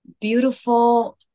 beautiful